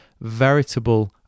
veritable